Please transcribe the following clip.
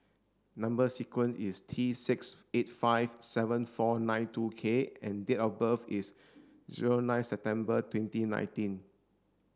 number sequence is T six eight five seven four nine two K and date of birth is zero nine September twenty nineteen